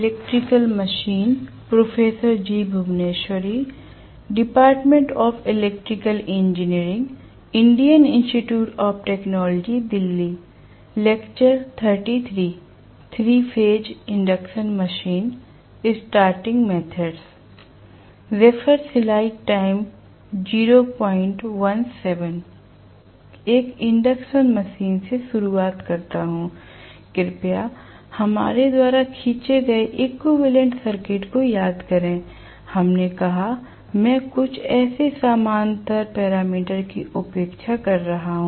एक induction machine से शुरुआत करता हूं कृपया हमारे द्वारा खींचे गए इक्विवेलेंट सर्किट को याद करें हमने कहा मैं कुछ मेरे समानांतर पैरामीटर की उपेक्षा करता हूं